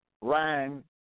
rhyme